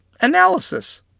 analysis